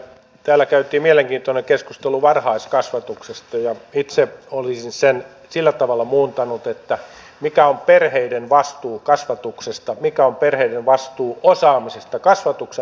täällä käytiin mielenkiintoinen keskustelu varhaiskasvatuksesta ja itse olisin sen sillä tavalla muuntanut että mikä on perheiden vastuu kasvatuksesta mikä on perheiden vastuu osaamisesta kasvatuksen osaamisesta